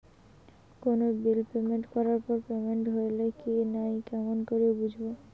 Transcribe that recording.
কোনো bill payment করার পর পেমেন্ট হইল কি নাই কেমন করি বুঝবো?